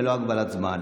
ללא הגבלת זמן.